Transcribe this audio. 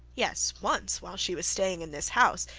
yes once, while she was staying in this house,